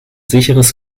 sicheres